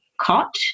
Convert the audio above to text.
cot